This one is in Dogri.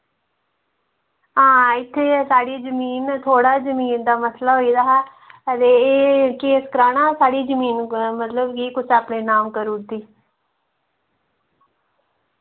हां इत्थै गै साढ़ी जमीन थोह्ड़ा जमीन दा मसला होई दा हा हां ते एह् केस कराना हां साढ़ी जमीन मतलब कि कुसै अपने नाम करी ओड़ी दी